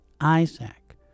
Isaac